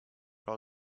all